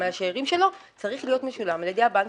מהשאירים שלו צריך להיות משולם על ידי הבנק,